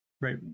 right